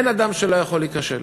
אין אדם שלא יכול להיכשל.